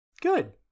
Good